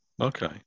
Okay